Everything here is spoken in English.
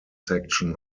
section